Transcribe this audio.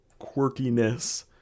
quirkiness